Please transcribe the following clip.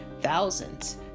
thousands